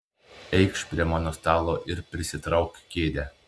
eikš prie mano stalo ir prisitrauk kėdę